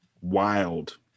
wild